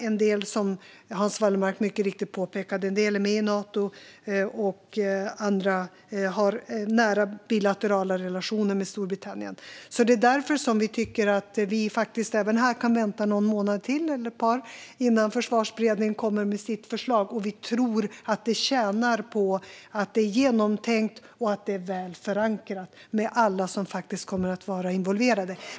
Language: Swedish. En del är, som Hans Wallmark mycket riktigt påpekar, med i Nato. Andra har nära bilaterala relationer med Storbritannien. Därför tycker vi att vi även här kan vänta någon månad eller ett par månader till, tills Försvarsberedningen kommer med sitt förslag. Vi tror att det tjänar på att vara genomtänkt och väl förankrat hos alla som kommer att vara involverade.